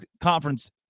conference